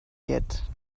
yet